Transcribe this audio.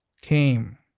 came